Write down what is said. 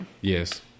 Yes